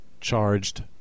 charged